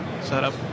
setup